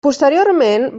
posteriorment